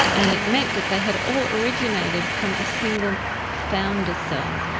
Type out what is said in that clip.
and it meant that they had all originated from a single founder cell.